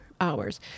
hours